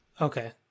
Okay